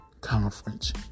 Conference